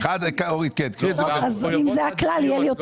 זה הכלל.